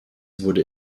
wurde